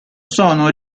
sono